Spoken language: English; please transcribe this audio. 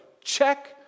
check